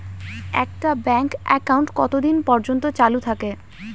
একটা bank account কতদিন পর্যন্ত চালু থাকে?